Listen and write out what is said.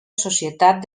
societat